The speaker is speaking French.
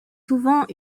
souvent